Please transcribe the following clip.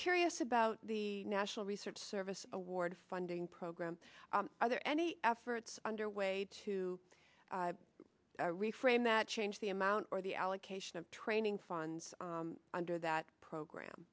curious about the national research service award funding program are there any efforts underway to reframe that change the amount or the allocation of training funds under that program